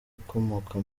ukomoka